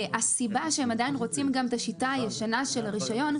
הסיבה שהם עדיין רוצים גם את השיטה הישנה של הרישיון,